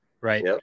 right